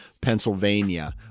Pennsylvania